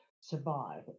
survive